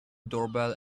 doorbell